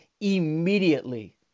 immediately